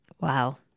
Wow